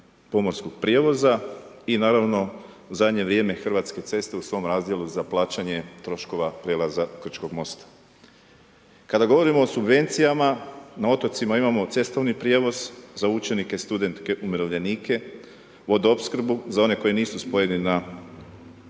pomorskog prijevoza i naravno, u zadnje vrijeme Hrvatske ceste u svoj razdjelu za plaćanje troškove prijelaza Krčkog mosta. Kada govorimo o subvencijama, na otocima imamo cestovni prijevoz za učenike, studente, umirovljenike, vodoopskrbu za one koji nisu spojeni na